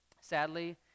Sadly